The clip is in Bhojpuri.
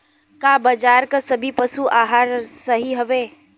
का बाजार क सभी पशु आहार सही हवें?